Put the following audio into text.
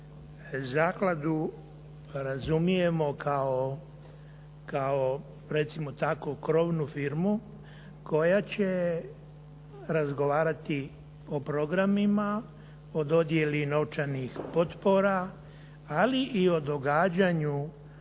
zakladu razumijemo kao recimo tako krovnu firmu koja će razgovarati o programima, o dodjeli novčanih potpora, ali i o događanju